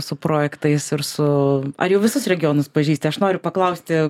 su projektais ir su ar jau visus regionus pažįsti aš noriu paklausti